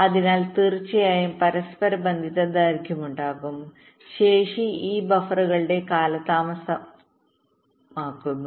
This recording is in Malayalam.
അതിനാൽ തീർച്ചയായും പരസ്പരബന്ധിത ദൈർഘ്യമുണ്ടാകും ശേഷി ഈ ബഫറുകളുടെ കാലതാമസവും ബാധിക്കുന്നു